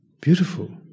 beautiful